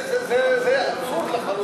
זה אבסורד לחלוטין.